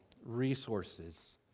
resources